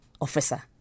officer